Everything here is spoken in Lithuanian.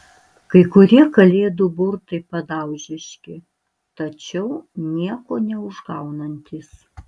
kai kurie kalėdų burtai padaužiški tačiau nieko neužgaunantys